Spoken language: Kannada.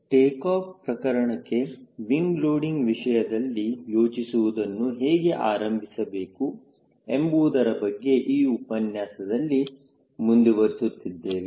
ಟೇಕಾಫ್ ಪ್ರಕರಣಕ್ಕೆ ವಿಂಗ್ ಲೋಡಿಂಗ್ ವಿಷಯದಲ್ಲಿ ಯೋಚಿಸುವುದನ್ನು ಹೇಗೆ ಆರಂಭಿಸಬೇಕು ಎಂಬುವುದರ ಬಗ್ಗೆ ಈ ಉಪನ್ಯಾಸದಲ್ಲಿ ಮುಂದುವರಿಸುತ್ತಿದ್ದೇವೆ